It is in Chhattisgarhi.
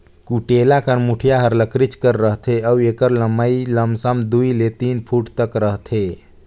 कुटेला कर मुठिया हर लकरिच कर रहथे अउ एकर लम्मई लमसम दुई ले तीन फुट तक रहथे